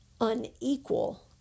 unequal